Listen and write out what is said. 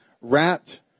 wrapped